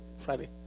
Friday